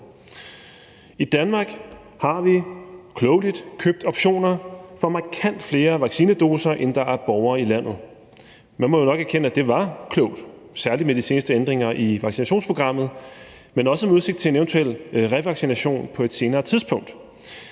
I Danmark har vi klogelig købt optioner på markant flere vaccinedoser, end der er borgere i landet. Man må jo nok erkende, at det var klogt, særlig med de seneste ændringer i vaccinationsprogrammet, men også med udsigt til en eventuel revaccination på et senere tidspunkt.